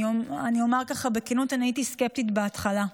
אומר בכנות, הייתי סקפטית בהתחלה.